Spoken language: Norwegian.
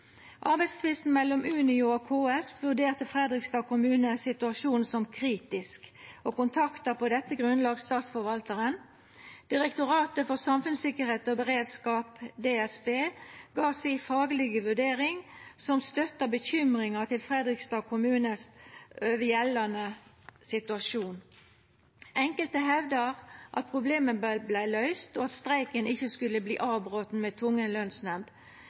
arbeidstvisten mellom Unio og KS vurderte Fredrikstad kommune situasjonen som kritisk og kontakta på dette grunnlaget Statsforvaltaren. Direktoratet for samfunnstryggleik og beredskap, DSB, gav si faglege vurdering, som støtta bekymringa til Fredrikstad kommune for den gjeldande situasjonen. Enkelte hevdar at problemet vart løyst, og at streiken ikkje skulle ha vorte avbroten